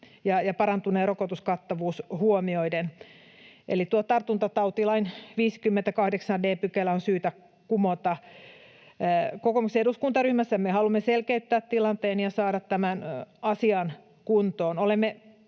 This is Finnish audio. ja parantunut rokotuskattavuus huomioiden. Eli tuo tartuntatautilain 58 d § on syytä kumota. Kokoomuksen eduskuntaryhmässä me haluamme selkeyttää tilanteen ja saada tämän asian kuntoon.